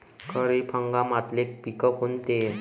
खरीप हंगामातले पिकं कोनते?